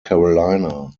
carolina